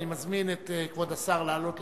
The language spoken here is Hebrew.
אני מזמין את כבוד השר לעלות לדוכן.